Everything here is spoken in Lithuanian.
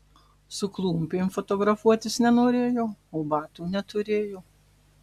su klumpėm fotografuotis nenorėjo o batų neturėjo